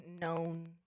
known